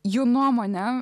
jų nuomone